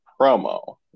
promo